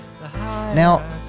now